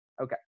Okay